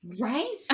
Right